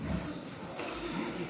על ההצהרה)